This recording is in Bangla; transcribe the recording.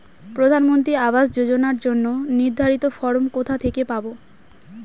প্রধানমন্ত্রী আবাস যোজনার জন্য নির্ধারিত ফরম কোথা থেকে পাব?